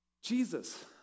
Jesus